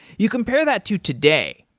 you compare that to today,